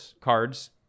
cards